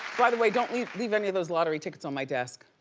by the way, don't leave leave any of those lottery tickets on my desk.